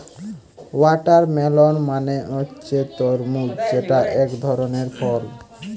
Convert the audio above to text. watermelon মানে হচ্ছে তরমুজ যেটা একধরনের ফল